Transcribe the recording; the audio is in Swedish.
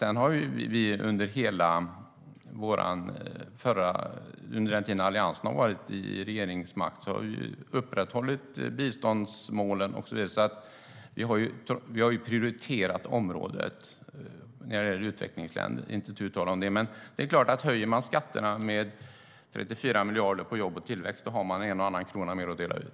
Vi har under hela den tid som Alliansen hade regeringsmakten upprätthållit biståndsmålen och så vidare, så vi har prioriterat området när det gäller utvecklingsländer - det är inte tu tal om det. Men det är klart att om man höjer skatterna på jobb och tillväxt med 34 miljarder har man en och annan krona mer att dela ut.